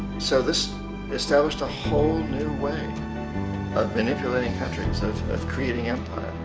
so this established a whole new way of manipulating countries, of of creating and